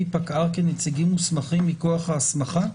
פקע"ר כנציגים מוסמכים מכוח ההסמכה?